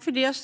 Fru